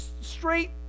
straight